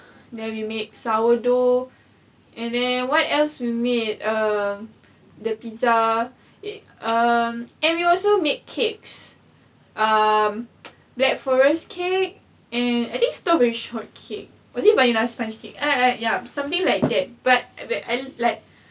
then we make sourdough and and then what else we made err the pizza it um and we also make cakes um black forest cake and I think strawberry shortcake or is it vanilla sponge cake I I yup something like that but like